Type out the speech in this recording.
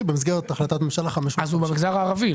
במסגרת החלטת הממשלה 550. אז זה במגזר הערבי.